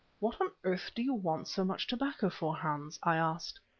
what on earth do you want so much tobacco for, hans? i asked.